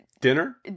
dinner